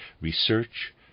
research